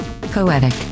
Poetic